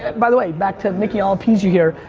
by the way, back to nicky, i'll appease you here,